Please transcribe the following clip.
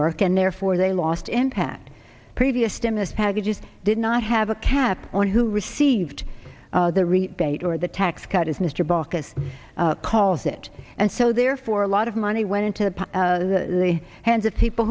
work and therefore they lost impact previous stimulus packages did not have a cap on who received the rebate or the tax cut is mr baucus calls it and so therefore a lot of money went into the hands of people